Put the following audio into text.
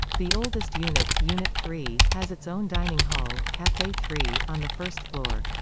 the oldest unit, unit three, has its own dining hall, cafe three, on the first floor.